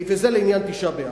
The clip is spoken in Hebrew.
וזה לעניין תשעה באב.